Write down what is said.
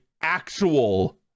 actual